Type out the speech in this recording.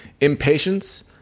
Impatience